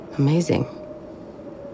amazing